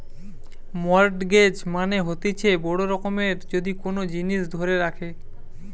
mortgage মানে হতিছে বড় রকমের যদি কোন জিনিস ধরে রাখে